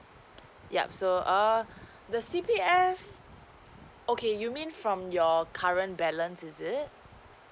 yup so err the C_P_F okay you mean from your current balance is it